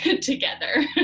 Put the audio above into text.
together